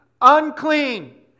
unclean